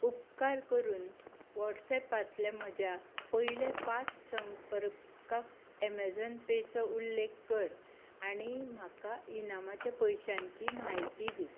उपकार करून व्हॉट्सेपांतल्या म्हज्या पयल्या पांच संपर्काक अमेझॉन पे चो उल्लेख कर आनी म्हाका इनामाच्या पयशांची म्हायती दी